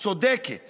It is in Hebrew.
הצודקת